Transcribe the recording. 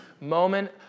moment